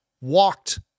walked